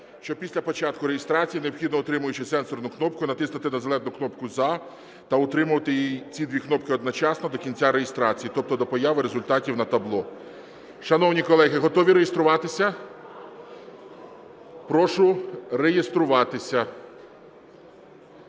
що після початку реєстрації необхідно, утримуючи сенсорну кнопку, натиснути на зелену кнопку "За" та утримувати ці дві кнопки одночасно до кінця реєстрації, тобто до появи результатів на табло. Шановні колеги, готові реєструватися? Прошу реєструватися.